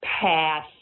pass